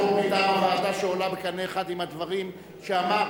חוק מטעם הוועדה שעולה בקנה אחד עם הדברים שאמר?